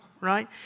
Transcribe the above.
right